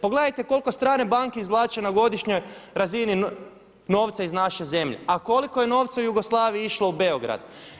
Pogledajte koliko strane banke izvlače na godišnjoj razini novca iz naše zemlje, a koliko je novca Jugoslaviji išlo u Beograd.